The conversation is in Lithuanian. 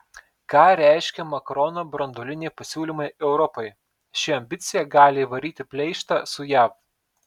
ką reiškia makrono branduoliniai pasiūlymai europai ši ambicija gali įvaryti pleištą su jav